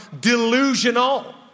delusional